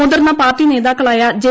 മുതിർന്ന പാർട്ടി നേതാക്കളായ ജെ